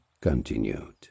continued